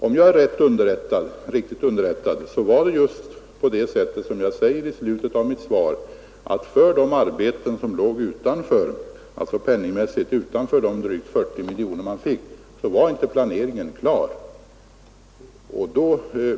Om jag är riktigt underrättad var det just som jag sade i slutet av mitt svar att för de arbeten som penningmässigt låg utanför de drygt 40 miljoner man fick var inte planeringen klar.